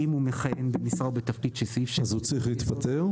אם הוא --- הוא צריך להתפטר.